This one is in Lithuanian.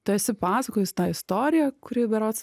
tu esi pasakojus tą istoriją kuri berods